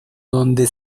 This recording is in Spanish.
donde